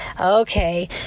Okay